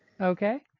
Okay